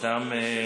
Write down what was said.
תודה רבה.